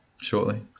shortly